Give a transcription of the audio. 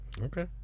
Okay